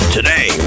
Today